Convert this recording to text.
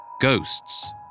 ghosts